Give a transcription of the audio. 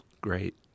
great